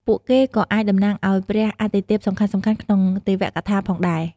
ពួកគេក៏អាចតំណាងឱ្យព្រះអាទិទេពសំខាន់ៗក្នុងទេវកថាផងដែរ។